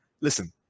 listen